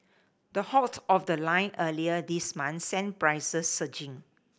the halt of the line earlier this month sent prices surging